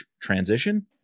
transition